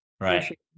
right